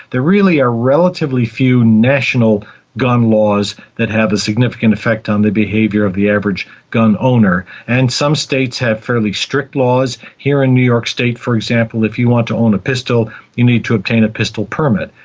there really are relatively few national gun laws that have a significant effect on the behaviour of the average gun owner, and some states have fairly strict laws. here in new york state, for example, if you want to own a pistol you need to obtain a pistol permit.